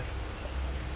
not bad eh